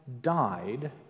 died